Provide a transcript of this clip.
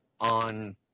on